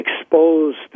exposed